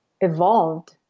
Evolved